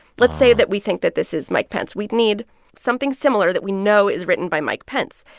let's say that we think that this is mike pence. we'd need something similar that we know is written by mike pence.